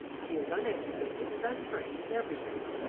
she is uneducated and untrained in everything,